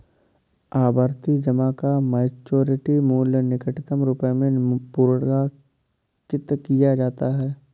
आवर्ती जमा का मैच्योरिटी मूल्य निकटतम रुपये में पूर्णांकित किया जाता है